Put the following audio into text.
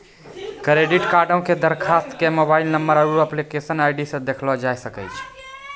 credit कार्डो के दरखास्त के मोबाइल नंबर आरु एप्लीकेशन आई.डी से देखलो जाय सकै छै